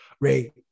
Ray